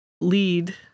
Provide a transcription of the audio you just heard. lead